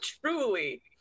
Truly